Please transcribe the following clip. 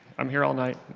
i'm here all night.